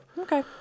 Okay